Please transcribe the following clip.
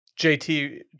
jt